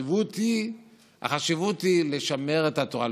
החשיבות היא לשמר את התורה,